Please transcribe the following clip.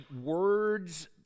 words